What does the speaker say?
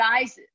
guys